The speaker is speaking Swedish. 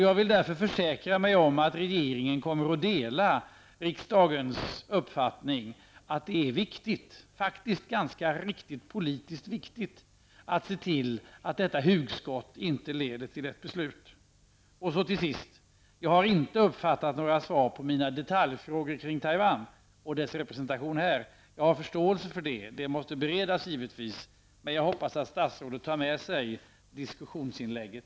Jag vill därför försäkra mig om att regeringen kommer att dela riksdagens uppfattning att det faktiskt är ganska viktigt rent politiskt att se till att detta hugskott inte leder till ett beslut. Till sist: Jag har inte uppfattat att jag har fått några svar på mina detaljfrågor beträffande Taiwan och dess representation här. I och för sig har jag förståelse för det. Givetvis behövs det en beredning. Men jag hoppas att statsrådet tänker över det här diskussionsinlägget.